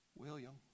William